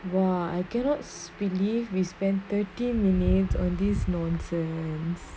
!wah! I cannot believe we spend thirty minutes on this nonsense